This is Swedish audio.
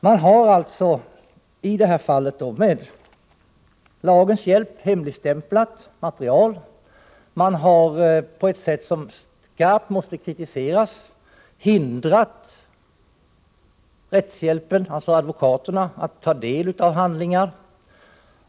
Man har med lagens hjälp hemligstämplat material. Man har på ett sätt som skarpt måste kritiseras hindrat rättshjälpen, alltså advokaterna, att ta del av handlingar.